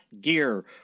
gear